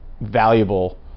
valuable